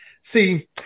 See